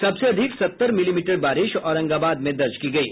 सबसे अधिक सत्तर मिलीमीटर बारिश औरंगाबाद में दर्ज की गयी